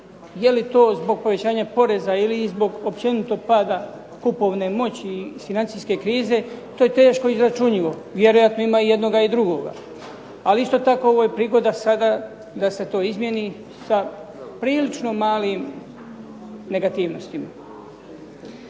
Je li to zbog povećanja poreza ili zbog općenito pada kupovne moći i financijske krize to je teško izračunjivo. Vjerojatno ima i jednoga i drugoga. Ali isto tako ovo je prigoda sada da se to izmjeni sa prilično malim negativnostima.